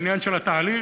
בעניין של התהליך,